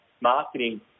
marketing